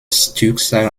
stückzahl